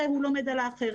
איך הוא לומד על האחר,